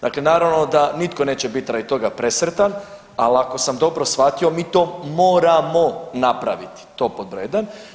Dakle, naravno da nitko neće bit radi toga presretan, ali ako sam dobro shvatio mi to moramo napraviti, to pod broj jedan.